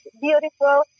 beautiful